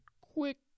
quick